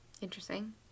Interesting